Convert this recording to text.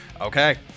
Okay